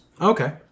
okay